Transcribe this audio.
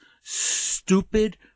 stupid